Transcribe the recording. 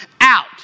out